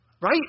Right